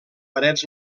parets